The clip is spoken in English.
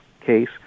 case